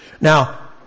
Now